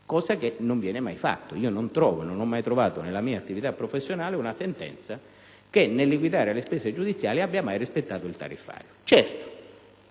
cosa che non viene mai fatta. Non ho mai trovato nella mia attività professionale una sentenza che nel liquidare le spese giudiziali abbia mai rispettato il tariffario. Certamente